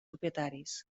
propietaris